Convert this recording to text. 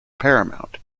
paramount